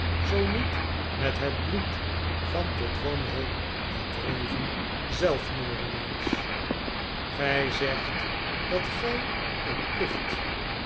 zoo niet met het bloed van tot wanhoop gedreven zelfmoordenaars gij zegt dat gij een plicht